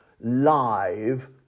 live